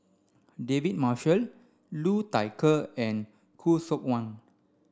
David Marshall Liu Thai Ker and Khoo Seok Wan